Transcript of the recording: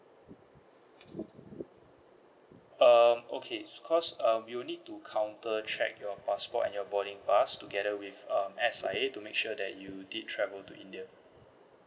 um okay cause um you need to counter check your passport and your boarding pass together with um S_I_A to make sure that you did travel to india